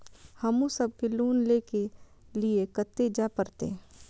हमू सब के लोन ले के लीऐ कते जा परतें?